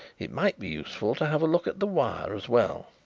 it might be useful to have a look at the wire as well.